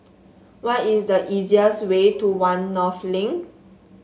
what is the easiest way to One North Link